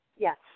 Yes